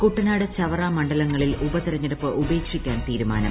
കുട്ടനാട് ചമ്പൂർ മീണ്ഡലങ്ങളിൽ ഉപതെരഞ്ഞെടുപ്പ് ഉപേക്ഷിക്ട്രാൻ തീരുമാനം